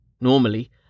Normally